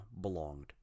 belonged